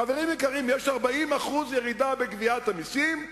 חברים יקרים, יש 40% ירידה בגביית המסים,